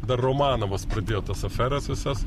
dar romanovas pradėjo tas aferas visas